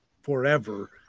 forever